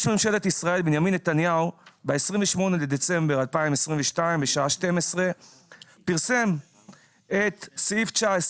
ראש ממשלת ישראל בנימין נתניהו פרסם את סעיף 19